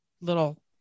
little